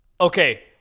Okay